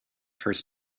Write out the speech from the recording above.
first